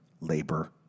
labor